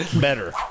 Better